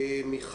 שלום,